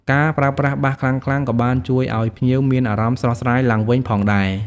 ការប្រើប្រាស់បាសខ្លាំងៗក៏បានជួយឱ្យភ្ញៀវមានអារម្មណ៍ស្រស់ស្រាយឡើងវិញផងដែរ។